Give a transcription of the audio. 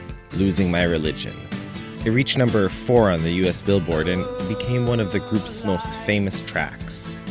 losing my religion it reached number four on the us billboard, and became one of the group's most famous tracks.